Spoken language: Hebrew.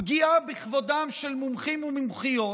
פגיעה בכבודם של מומחים ומומחיות,